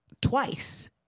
twice